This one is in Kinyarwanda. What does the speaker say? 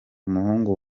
umuhungu